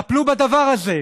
טפלו בדבר הזה.